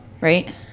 right